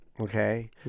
okay